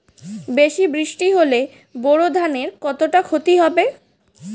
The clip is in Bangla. বেশি বৃষ্টি হলে বোরো ধানের কতটা খতি হবে?